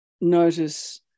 notice